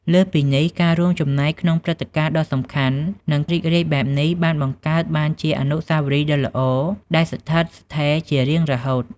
លើសពីនេះ ការរួមចំណែកក្នុងព្រឹត្តិការណ៍ដ៏សំខាន់ និងរីករាយបែបនេះ បាន បង្កើតបានជាអនុស្សាវរីយ៍ដ៏ល្អ ដែលនឹងស្ថិតស្ថេរជារៀងរហូត។